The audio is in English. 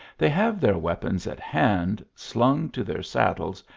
they have their weapons at hand, slung to their saddles,